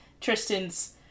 Tristan's